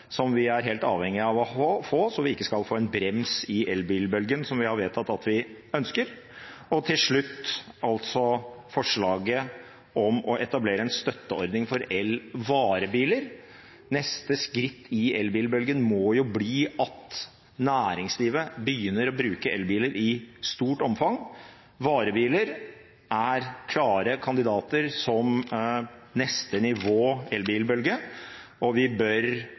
som vi er helt avhengige av å få, så vi ikke får en brems i elbilbølgen, som vi har vedtatt at vi ønsker. Til slutt fremmer vi forslaget om å etablere en støtteordning for elvarebiler. Neste skritt i elbilbølgen må jo bli at næringslivet begynner å bruke elbiler i stort omfang. Varebiler er klare kandidater som neste nivå elbilbølge, og vi bør